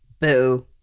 Boo